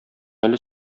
әле